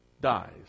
dies